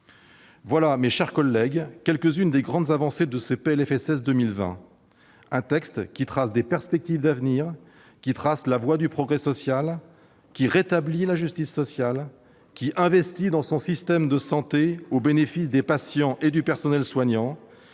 Voilà, mes chers collègues, quelques-unes des grandes avancées de ce PLFSS pour 2020. C'est un texte qui trace des perspectives d'avenir, qui montre la voie du progrès social, qui rétablit la justice sociale, qui investit dans le système de santé au bénéfice des patients et du personnel soignant,